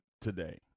today